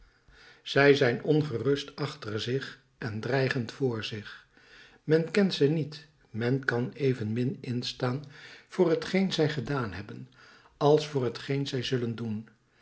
zij zijn ongerust achter zich en dreigend voor zich men kent ze niet men kan evenmin instaan voor t geen zij gedaan hebben als voor t geen zij zullen doen